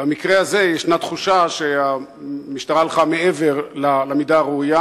במקרה הזה ישנה תחושה שהמשטרה הלכה מעבר למידה הראויה.